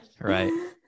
Right